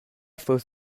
fuss